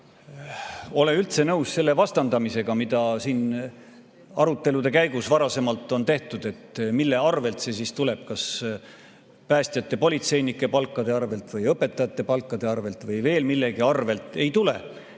ei ole üldse nõus selle vastandamisega, mida siin arutelude käigus varasemalt on tehtud, et mille arvelt see tuleb, kas päästjate-politseinike palkade arvelt või õpetajate palkade arvelt või veel millegi arvelt. Ei tule.